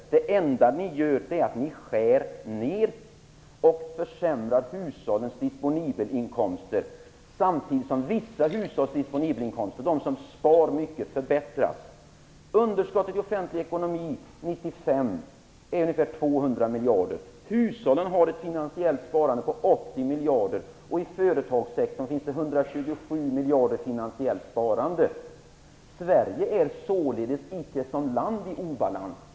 Det enda ni gör är att ni skär ner och försämrar hushållens disponibla inkomster. Samtidigt förbättras de disponibla inkomsterna för vissa hushåll, nämligen för dem som spar mycket. Underskottet i den offentliga ekonomin är ungefär 200 miljarder 1995. Hushållen har ett finansiellt sparande på 80 miljarder, och i företagssektorn finns 127 miljarder i det finansiella sparandet. Sverige är således icke i obalans som land.